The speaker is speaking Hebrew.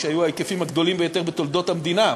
שהיו ההיקפים הגדולים ביותר בתולדות המדינה,